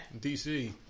DC